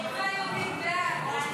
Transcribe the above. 44 בעד, 51 נגד.